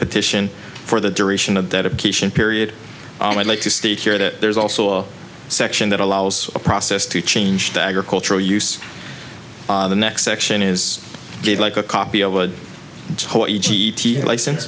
petition for the duration of dedication period and i'd like to stay here that there's also a section that allows a process to change the agricultural use the next section is good like a copy of a license